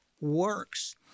works